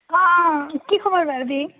অঁ কি খবৰ বাৰ্বী